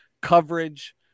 coverage